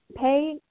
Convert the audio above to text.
pay